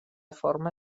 forma